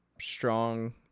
strong